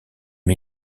une